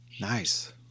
Nice